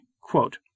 Quote